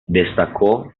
destacó